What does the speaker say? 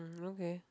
okay